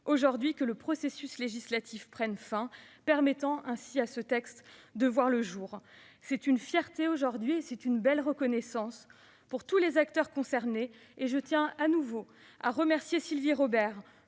réjouis que le processus législatif prenne fin, permettant ainsi à ce texte de voir le jour. C'est une fierté aujourd'hui et une belle reconnaissance pour tous les acteurs concernés, et je tiens de nouveau à remercier Sylvie Robert